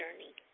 journey